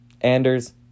Anders